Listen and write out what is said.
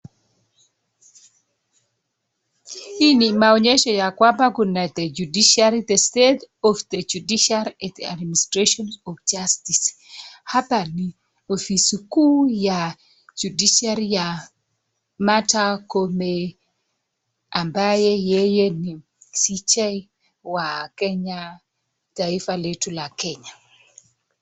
Hii ni maonyesho ya kwamba kuna the judiciary, the state of the judiciary and administration of justice ,hapa ni ofisi kuu ya judiciary ya Martha Koome ambaye yeye ni CJ wa taifa letu la Kenya.